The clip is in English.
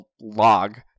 log